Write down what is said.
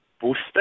boosted